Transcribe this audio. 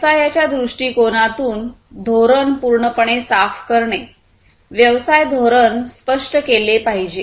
व्यवसायाच्या दृष्टिकोनातून धोरण पूर्णपणे साफ करणे व्यवसाय धोरण स्पष्ट केले पाहिजे